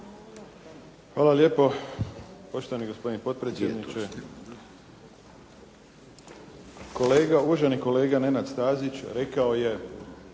Hvala lijepo. Poštovani gospodine potpredsjedniče. Kolega, uvaženi kolega Nenad Stazić rekao je